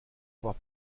avoir